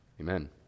Amen